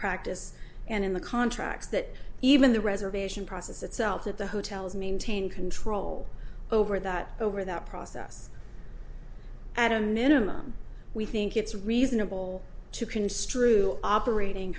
practice and in the contracts that even the reservation process itself that the hotels maintain control over that over that process i don't minimize we think it's reasonable to construe operating